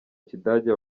kidage